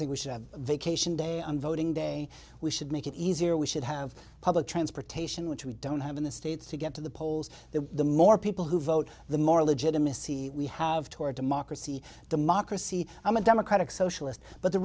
think we should have a vacation day on voting day we should make it easier we should have public transportation which we don't have in the states to get to the polls that the more people who vote the more legitimacy we have toward democracy democracy i'm a democratic socialist but the